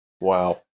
Wow